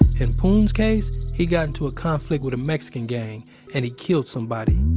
in phoeun's case, he got into a conflict with a mexican gang and he killed somebody.